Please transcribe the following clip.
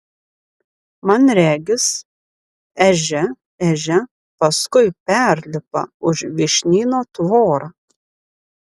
man regis ežia ežia paskui perlipa už vyšnyno tvorą